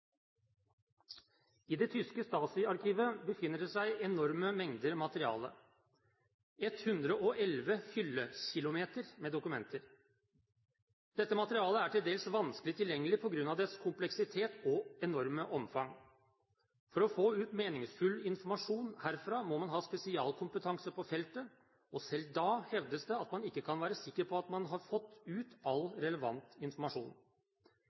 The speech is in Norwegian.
I det tyske Stasi-arkivet befinner det seg enorme mengder materiale – 111 hyllekilometer med dokumenter. Dette materialet er til dels vanskelig tilgjengelig på grunn av dets kompleksitet og enorme omfang. For å ut få meningsfull informasjon herfra må man ha spesialkompetanse på feltet, og selv da hevdes det at man ikke kan være sikker på at man har fått ut all relevant informasjon.